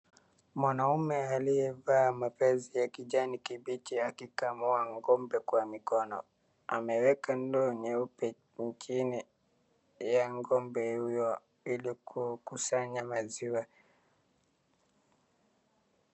Mwanaume aliyevaa mapenzi ya kijani kibichi akiwa anakamua ng'ombe kwa mikono, ameweka ndoo nyeupe ukini ya ng'ombe huyo ili kusanya maziwa.